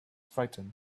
frightened